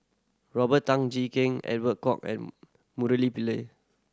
Robert Tan Jee Keng Edwin Koek and Murali Pillai